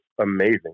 amazing